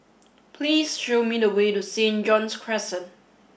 please show me the way to Saint John's Crescent